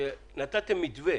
שנתתם מתווה